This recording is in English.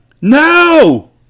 No